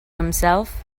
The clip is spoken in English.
himself